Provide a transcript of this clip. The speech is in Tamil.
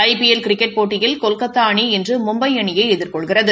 ஐ பி எல் கிரிக்கெட் போட்டியில் கொல்கத்தா அணி இன்று மும்பை அணியை எதிர்கொள்கிறது